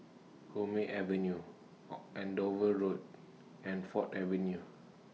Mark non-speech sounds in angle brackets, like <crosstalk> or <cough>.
Hume Avenue <hesitation> Andover Road and Ford Avenue